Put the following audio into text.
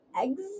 eggs